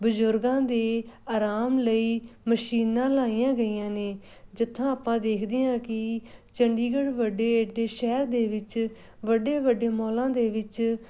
ਬਜ਼ੁਰਗਾਂ ਦੇ ਆਰਾਮ ਲਈ ਮਸ਼ੀਨਾਂ ਲਾਈਆਂ ਗਈਆਂ ਨੇ ਜਿੱਥੋਂ ਆਪਾਂ ਦੇਖਦੇ ਹਾਂ ਕਿ ਚੰਡੀਗੜ੍ਹ ਵੱਡੇ ਏਡੇ ਸ਼ਹਿਰ ਦੇ ਵਿੱਚ ਵੱਡੇ ਵੱਡੇ ਮੌਲਾਂ ਦੇ ਵਿੱਚ